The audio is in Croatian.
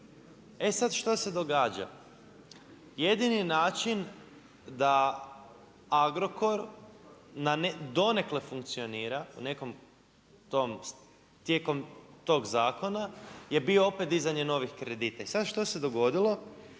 E sad šta se događa? Jedini način da Agrokor donekle funkcionira, u nekom tijekom tog zakona je bilo opet dizanje novih kredita. I sad što se dogodilo?